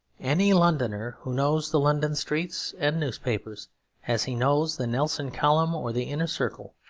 any londoner who knows the london streets and newspapers as he knows the nelson column or the inner circle,